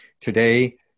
Today